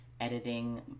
editing